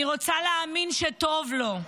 אני רוצה להאמין שטוב לו.